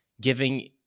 giving